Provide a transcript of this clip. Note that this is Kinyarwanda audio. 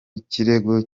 kirego